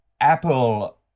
Apple